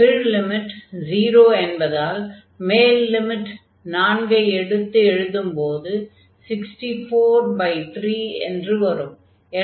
கீழ் லிமிட் 0 என்பதால் மேல் லிமிட் நான்கை எடுத்து எழுதும்போது 643 என்று வரும்